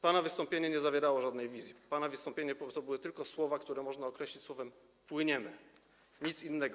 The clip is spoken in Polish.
Pana wystąpienie nie zawierało żadnej wizji, pana wystąpienie to po prostu były tylko słowa, które można określić słowem „płyniemy”, nic innego.